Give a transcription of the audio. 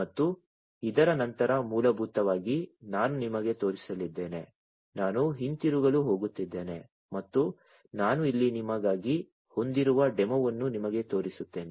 ಮತ್ತು ಇದರ ನಂತರ ಮೂಲಭೂತವಾಗಿ ನಾನು ನಿಮಗೆ ತೋರಿಸಲಿದ್ದೇನೆ ನಾನು ಹಿಂತಿರುಗಲು ಹೋಗುತ್ತಿದ್ದೇನೆ ಮತ್ತು ನಾನು ಇಲ್ಲಿ ನಿಮಗಾಗಿ ಹೊಂದಿರುವ ಡೆಮೊವನ್ನು ನಿಮಗೆ ತೋರಿಸುತ್ತೇನೆ